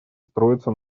строится